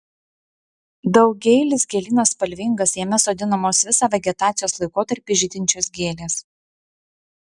daugiaeilis gėlynas spalvingas jame sodinamos visą vegetacijos laikotarpį žydinčios gėlės